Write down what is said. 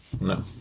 no